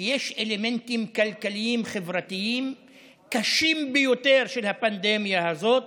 כי יש אלמנטים כלכליים-חברתיים קשים ביותר של הפנדמיה הזאת,